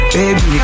Baby